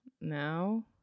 No